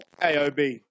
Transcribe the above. AOB